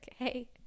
okay